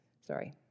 sorry